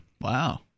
Wow